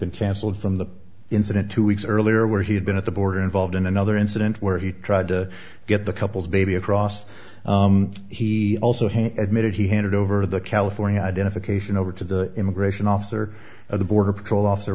been cancelled from the incident two weeks earlier where he had been at the border involved in another incident where he tried to get the couple's baby across he also had admitted he handed over the california identification over to the immigration officer of the border patrol officer